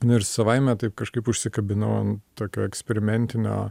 nu ir savaime taip kažkaip užsikabinau ant tokio eksperimentinio